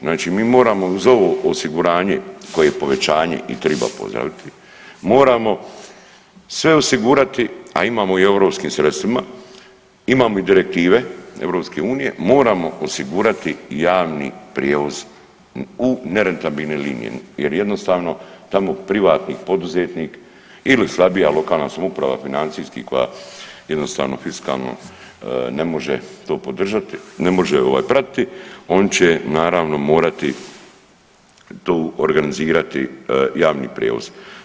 Znači mi moramo uz ovo osiguranje koje je povećanje i triba pozdraviti, moramo sve osigurati, a imamo i u europskim sredstvima, imamo i direktive EU, moramo osigurati javni prijevoz u nerentabilne linije jer jednostavno tamo privatnik, poduzetnik ili slabija lokalna samouprava financijski koja jednostavno fiskalno ne može to podržati, ne može ovaj pratiti oni će naravno morati to organizirati javni prijevoz.